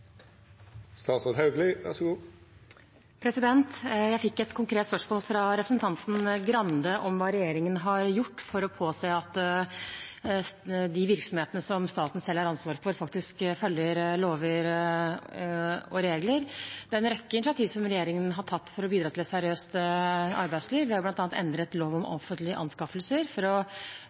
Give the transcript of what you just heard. Jeg fikk et konkret spørsmål fra representanten Grande om hva regjeringen har gjort for å påse at de virksomhetene som staten selv har ansvar for, faktisk følger lover og regler. Regjeringen har tatt en rekke initiativ for å bidra til et seriøst arbeidsliv. Vi har bl.a. endret loven om offentlige anskaffelser, det handler både om å